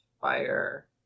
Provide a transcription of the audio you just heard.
fire